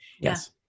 Yes